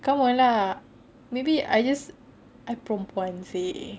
come on lah maybe I just I perempuan seh